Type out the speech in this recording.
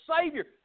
Savior